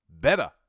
BETTER